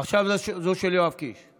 עכשיו זו הצבעה, של חבר הכנסת יואב קיש.